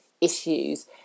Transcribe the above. issues